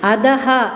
अधः